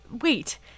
Wait